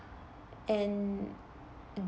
and and